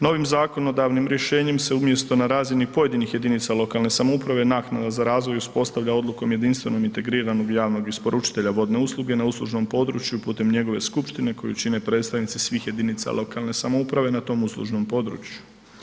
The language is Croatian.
Novim zakonodavnim rješenjem se umjesto na razini pojedinih jedinica lokalne samouprave, naknada za razvoj uspostavlja odlukom jedinstvenog integriranog javnog isporučitelja vodne usluge na uslužnom području putem njegove skupštine koju čine predstavnici svih jedinica lokalne samouprave na tom uslužnom području.